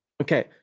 Okay